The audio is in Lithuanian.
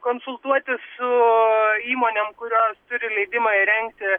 konsultuotis su įmonėm kurios turi leidimą įrengti